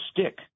Stick